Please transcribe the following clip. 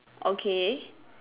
okay